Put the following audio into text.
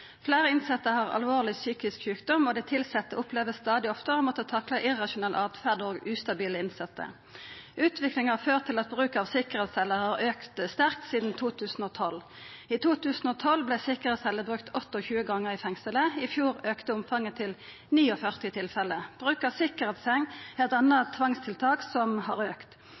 Fleire innsette har alvorleg psykisk sjukdom, og dei tilsette opplever stadig oftare å måtta takla irrasjonell åtferd og ustabile innsette. Utviklinga har ført til at bruken av sikkerheitsceller har auka sterkt sidan 2012. I 2012 vart sikkerheitsceller brukte 28 gonger i fengselet. I fjor auka omfanget til 49 tilfelle. Bruk av sikkerheitsseng er eit anna tvangstiltak som har